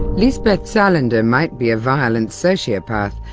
lisbeth salander might be a violent sociopath,